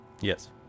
Yes